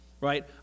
right